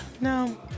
No